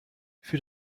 für